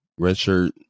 redshirt